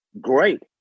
Great